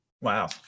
Wow